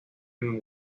and